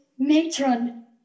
Matron